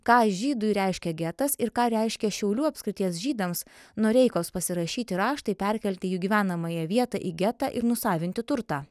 ką žydui reiškia getas ir ką reiškia šiaulių apskrities žydams noreikos pasirašyti raštai perkelti jų gyvenamąją vietą į getą ir nusavinti turtą